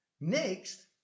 Next